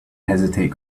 hesitate